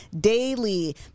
daily